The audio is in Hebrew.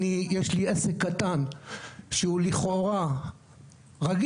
יש לי עסק קטן שהוא לכאורה רגיל,